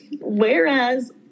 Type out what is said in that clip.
Whereas